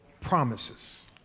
Promises